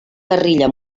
guerrilla